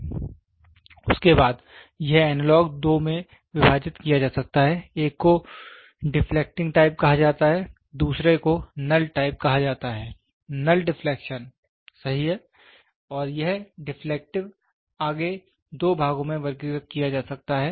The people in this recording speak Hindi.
उसके बाद यह एनालॉग दो में विभाजित किया जा सकता है एक को डिफलेक्टिंग टाइप कहा जाता है दूसरे को नल टाइप कहा जाता है नल डिफ्लेक्शन सही है और यह डिफ्लेक्टिव आगे दो भागों में वर्गीकृत किया जा सकता है